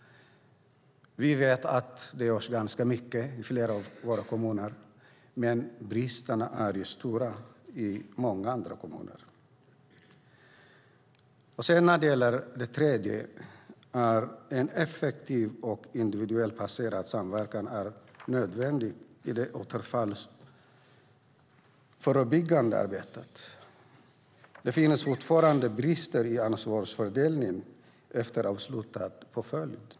Vi vet att det görs ganska mycket i flera kommuner, men bristerna är också stora i många kommuner. Det tredje är en effektiv och individanpassad samverkan som är nödvändig i det återfallsförebyggande arbetet. Det finns fortfarande brister när det gäller ansvarsfördelningen efter avslutad påföljd.